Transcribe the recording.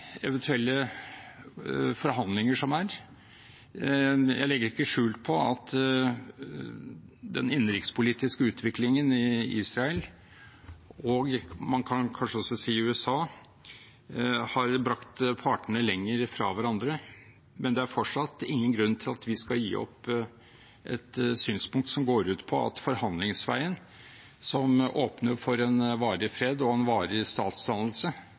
eventuelle forhandlinger som er. Jeg legger ikke skjul på at den innenrikspolitiske utviklingen i Israel, og man kan kanskje også si i USA, har brakt partene lenger fra hverandre. Men det er fortsatt ingen grunn til at vi skal gi opp et synspunkt som går ut på at forhandlingsveien som åpner for varig fred og varig statsdannelse,